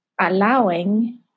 allowing